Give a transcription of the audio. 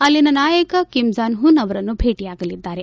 ಅಲ್ಲಿನ ನಾಯಕ ಕಿಮ್ಜಾನ್ಹುನ್ ಅವರನ್ನು ಭೇಟಿಯಾಗಲಿದ್ದಾರೆ